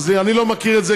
אז אני לא מכיר את זה,